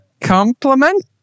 compliment